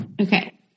Okay